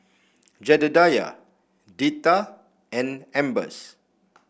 Jedediah Deetta and Ambers